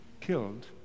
killed